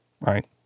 right